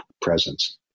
presence